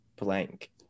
blank